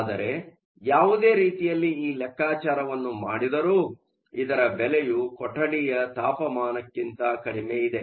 ಆದರೆ ಯಾವುದೇ ರೀತಿಯಲ್ಲಿ ಈ ಲೆಕ್ಕಾಚಾರವನ್ನು ಮಾಡಿದರೂ ಇದರ ಬೆಲೆಯು ಕೊಠಡಿಯ ತಾಪಮಾನಕ್ಕಿಂತ ಕಡಿಮೆ ಇದೆ